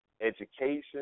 education